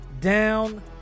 down